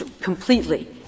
completely